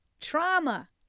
trauma